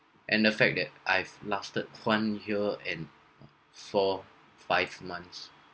and the fact that I've lasted one year and for to five months